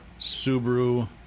Subaru